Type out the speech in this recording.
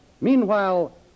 Meanwhile